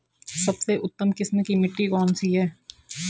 सबसे उत्तम किस्म की मिट्टी कौन सी है?